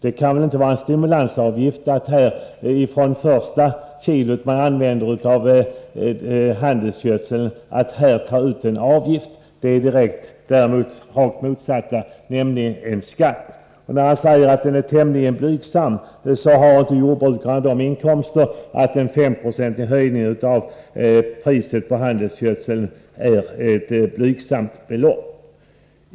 Det kan väl inte vara en stimulans att ta ut en avgift från det första kilot handelsgödsel som man använder. Det är inte en stimulans utan det direkt motsatta, nämligen en skatt. När Bruno Poromaa säger att kostnaden är tämligen blygsam vill jag påminna om att jordbrukarna inte har sådana inkomster att en 5-procentig höjning av priset på handelsgödsel är ett blygsamt belopp.